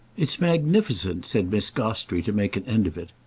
it's magnificent! said miss gostrey to make an end of it.